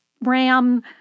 Ram